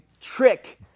trick